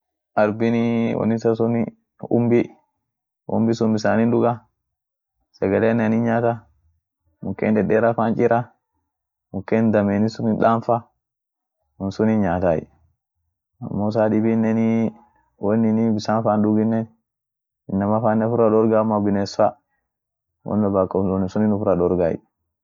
arbinii woni isasuni kumbi, kumbi sun bisanin duga, sagelenean hinyaata, muken dedeera fan hinchirra, muken dameni sunin daamfa, won sunin nyaatay amo saa dibinenii woininii bisan fan duginen, inamafanen ufira dorga, bines fa won wolba woni sunin uffira dorgay.